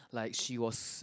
like she was